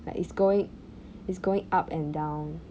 like it's going it's going up and down